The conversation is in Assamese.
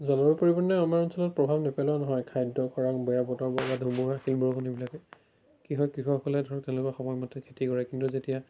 জলবায়ু পৰিৱৰ্তনে আমাৰ অঞ্চলত প্ৰভাৱ নেপেলোৱা নহয় খাদ্য খৰাং বেয়া বতৰ বা ধুমুহা শিল বৰষুণ এইবিলাকে কৃষক কৃষকসকলে ধৰক তেওঁলোকৰ সময়মতে খেতি কৰে কিন্তু যেতিয়া